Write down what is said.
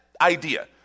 idea